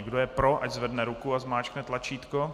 Kdo je pro, ať zvedne ruku a zmáčkne tlačítko.